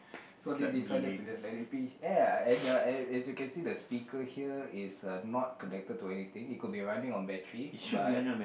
so they decided to just let it be yeah and and as you can see the speaker here is uh not connected to anything it could be running on battery but